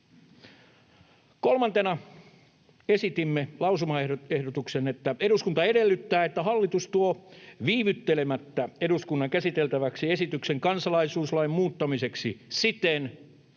Kolmantena esitimme lausumaehdotuksen, että eduskunta edellyttää, että hallitus tuo viivyttelemättä eduskunnan käsiteltäväksi esityksen kansalaisuuslain muuttamiseksi siten,